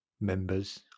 members